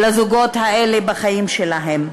לזוגות האלה בחיים שלהם.